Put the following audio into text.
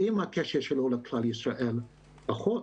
אם הקשר שלו לכלל ישראל פחות,